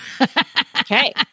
Okay